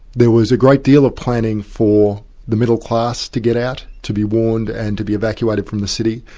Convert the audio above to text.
there was a great deal of planning for the middle class to get out, to be warned, and to be evacuated from the city,